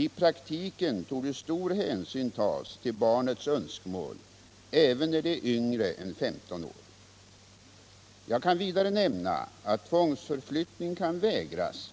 I praktiken torde stor hänsyn tas till barnets önskemål även när det är yngre än 15 år. Jag kan vidare nämna att tvångsförflyttning kan vägras